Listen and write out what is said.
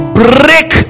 break